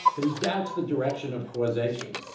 but he doubts the direction of causation.